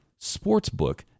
sportsbook